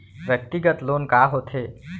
व्यक्तिगत लोन का होथे?